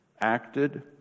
acted